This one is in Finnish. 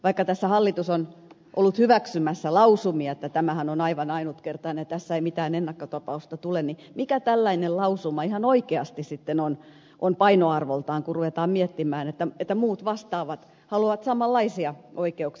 vaikka tässä hallitus on ollut hyväksymässä lausumia että tämähän on aivan ainutkertainen ja tästä ei mitään ennakkotapausta tule niin mikä tällainen lausuma ihan oikeasti sitten on painoarvoltaan kun ruvetaan miettimään että muut vastaavat haluavat samanlaisia oikeuksia